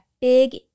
Big